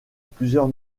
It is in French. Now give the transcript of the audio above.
plusieurs